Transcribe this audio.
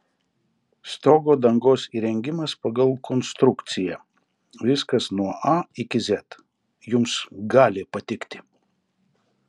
stogo dangos įrengimas pagal konstrukciją viskas nuo a iki z jums gali patikti